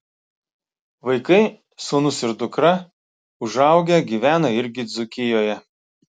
vaikai sūnus ir dukra užaugę gyvena irgi dzūkijoje